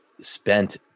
spent